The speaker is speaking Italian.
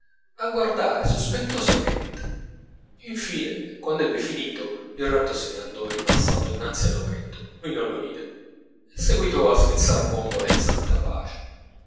a guardare sospettosamente infine quand'ebbe finito il ratto se ne andò ripassando innanzi all'ometto lui non lo vide e seguitò a schizzar bombole in santa pace